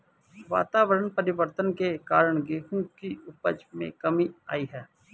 वातावरण परिवर्तन के कारण गेहूं की उपज में कमी आई है